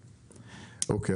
אוקי,